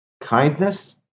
kindness